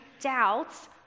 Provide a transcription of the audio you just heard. doubts